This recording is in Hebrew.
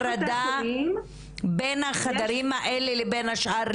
הפרדה בין החדרים האלה לבין השאר?